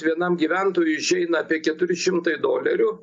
vienam gyventojui išeina apie keturi šimtai dolerių